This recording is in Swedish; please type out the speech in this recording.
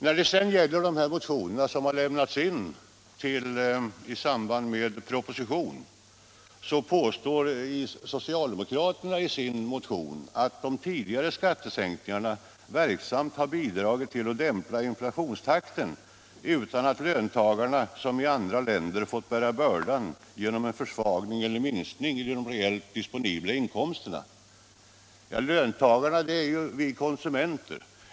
Låt mig sedan beröra de motioner som lämnats in i anslutning till propositionen. Socialdemokraterna påstår i sin motion att de tidigare skattesänkningarna verksamt har bidragit till att dämpa inflationstakten utan att löntagarna som i andra länder fått bära bördan genom en försvagning eller minskning i de reellt disponibla inkomsterna. Löntagarna, det är ju vi konsumenter.